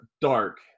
dark